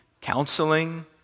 counseling